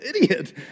idiot